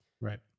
Right